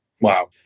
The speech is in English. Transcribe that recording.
Wow